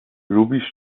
ruby